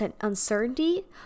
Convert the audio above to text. uncertainty